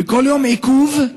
ועל כל יום עיכוב, על